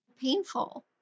Painful